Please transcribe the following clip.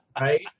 right